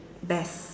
best